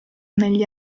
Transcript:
negli